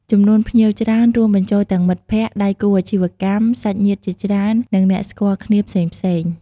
ចំនួនភ្ញៀវច្រើន រួមបញ្ចូលទាំងមិត្តភក្តិ ដៃគូអាជីវកម្ម សាច់ញាតិជាច្រើន និងអ្នកស្គាល់គ្នាផ្សេងៗ។